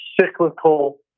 cyclical